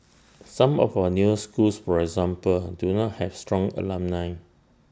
some of our newer schools for example do not have strong alumni